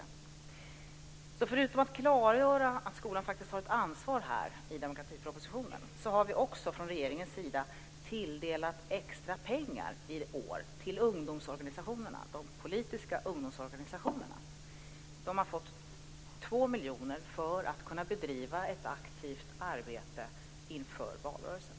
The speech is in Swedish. Förutom att i demokratipropositionen klargöra att skolan faktiskt har ett ansvar har vi också från regeringens sida i år tilldelat de politiska ungdomsorganisationerna extra pengar. De har fått två miljoner för att kunna bedriva ett aktivt arbete inför valrörelsen.